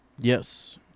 Yes